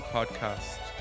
Podcast